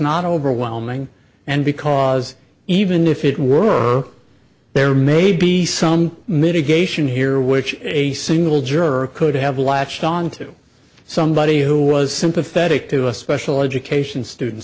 not overwhelming and because even if it were there may be some mitigation here which a single juror could have latched on to somebody who was sympathetic to a special education students